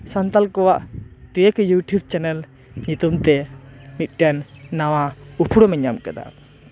ᱥᱟᱱᱛᱟᱞ ᱠᱚᱣᱟᱜ tech YouTube channel ᱧᱩᱛᱩᱢ ᱛᱮ ᱢᱤᱫᱴᱮᱱ ᱱᱟᱣᱟ ᱩᱯᱨᱩᱢ ᱮ ᱧᱟᱢ ᱠᱮᱫᱟ